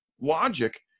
logic